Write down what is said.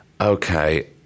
Okay